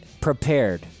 prepared